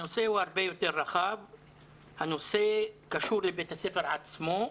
הנושא הרבה יותר רחב וקשור לבית הספר עצמו,